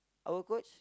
our coach